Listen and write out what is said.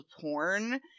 porn